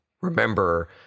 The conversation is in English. remember